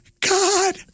God